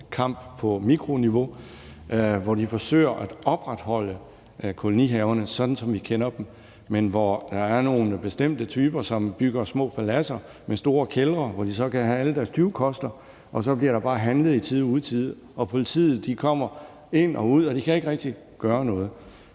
på mikroniveau, hvor de forsøger at opretholde kolonihaverne, sådan som vi kender dem, men hvor der er nogle bestemte typer, som bygger små paladser med store kældre, hvor de så kan have alle deres tyvekoster, og så bliver der bare handlet i tide og utide. Og politiet kommer ind og ud, men de kan ikke rigtig gøre noget.